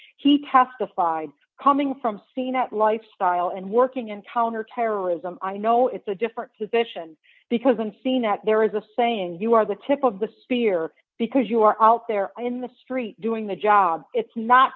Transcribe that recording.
he testified coming from seeing that lifestyle and working in counterterrorism i know it's a different position because unseen that there is a saying you are the tip of the spear because you are out there in the street doing the job it's not